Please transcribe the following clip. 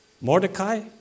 Mordecai